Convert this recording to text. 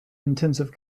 intensive